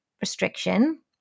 restriction